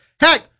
Heck